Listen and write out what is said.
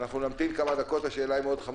נמתין כמה דקות, השאלה מאוד חשובה.